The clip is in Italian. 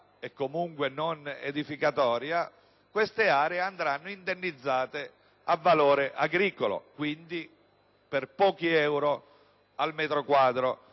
e comunque non edificatoria, esse andranno indennizzate a valore agricolo, quindi, per pochi euro al metro quadro.